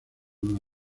una